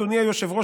אדוני היושב-ראש,